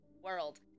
world